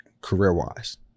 career-wise